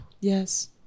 yes